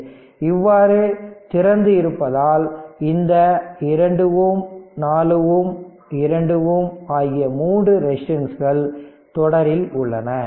இது இவ்வாறு திறந்து இருப்பதால் இந்த 2Ω 4Ω 2Ω ஆகிய 3 ரெசிஸ்டன்ஸ் தொடரில் உள்ளன